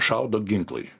šaudo ginklai